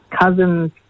cousin's